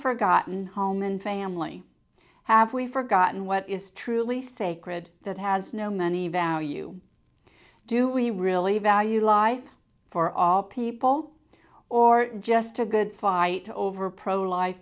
forgotten home and family have we forgotten what is truly sacred that has no money value do we really value life for all people or just a good fight over pro life